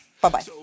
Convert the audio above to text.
Bye-bye